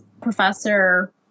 professor